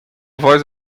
voz